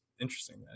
interesting